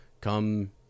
come